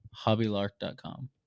hobbylark.com